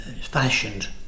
fashioned